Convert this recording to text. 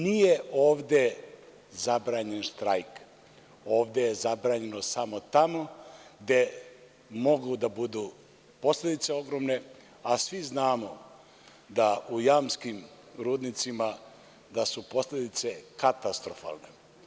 Nije ovde zabranjen štrajk, ovde je zabranjeno samo tamo gde mogu da budu posledice ogromne, a svi znamo da u jamskim rudnicima da su posledice katastrofalne.